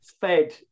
fed